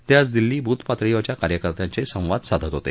ते आज दिल्ली बूथ पातळीवरच्या कार्यकर्त्यांशी संवाद साधत होते